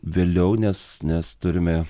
vėliau nes nes turime